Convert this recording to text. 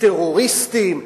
טרוריסטים,